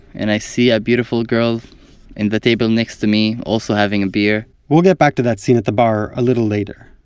and i see a beautiful girl in the table next to me, also having a beer we'll get back to that scene at the bar a little later,